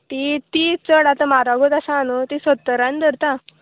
ती ती चड आतां म्हारगूच आसा न्हू ती सत्तरान धरता